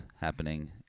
happening